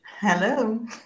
Hello